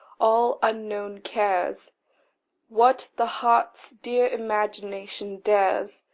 all unknown cares what the heart's dear imagination dares,